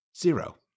zero